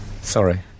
Sorry